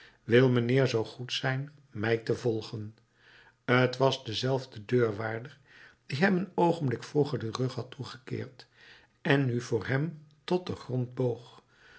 wil mijnheer zoo goed zijn mij te volgen t was dezelfde deurwaarder die hem een oogenblik vroeger den rug had toegekeerd en nu voor hem tot den grond boog